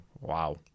wow